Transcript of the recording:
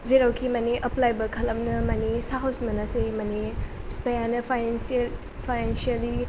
जेरावखि माने एप्लाइबो खालामनो माने साहस मोनासै माने बिफाया फायनेन्सियेल फायनेन्सियेलि